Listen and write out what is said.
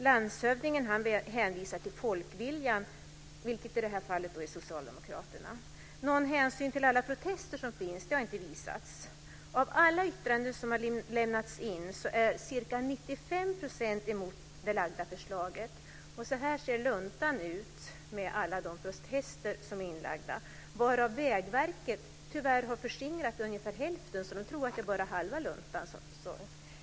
Landshövdingen hänvisar till folkviljan, vilket i detta fall är Socialdemokraterna. Någon hänsyn till alla protester som finns har inte visats. Av alla yttranden som har lämnats in är ca 95 % emot det framlagda förslaget. Här ser ni hur tjock luntan är med alla protester som har kommit in. Vägverket har tyvärr förskingrat ungefär hälften, så det här är bara halva luntan.